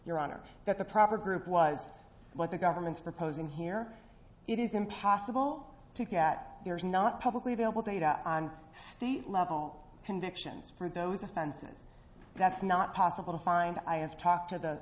your honor that the proper group was what the government's proposing here it is impossible to get there's not publicly available data on the love all convictions for those offenses that's not possible to find i have talked to the